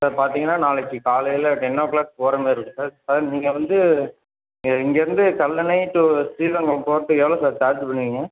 sir பார்த்தீங்கனா நாளைக்கு காலையில் டென் ஓ க்ளாக் போகிற மாரி இருக்குது சார் சார் நீங்கள் வந்து இங்கேருந்து கல்லணை டூ ஸ்ரீரங்கம் போகிறதுக்கு எவ்வளோ சார் சார்ஜ் பண்ணுவீங்க